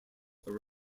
are